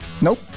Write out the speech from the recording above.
Nope